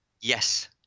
Yes